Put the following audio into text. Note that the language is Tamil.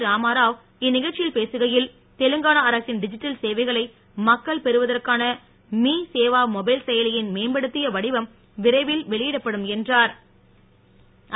ராமாராவ் இந் நிகழ்ச்சி யி ல் பேசுகையில் தெலுங்கானா அரசின் டிதிட்டல் சேவைகளை மக்கள் பெறுவதற்கான மீ சேவா மொபைல் செய லி யி ன் மேம்படுத் திய வடிவம் விரைவில் வெளி யிடப்படும் என்றா ர்